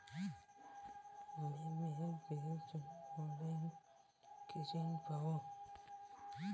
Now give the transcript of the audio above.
আমি মেয়ের বিয়ের জন্য কি ঋণ পাবো?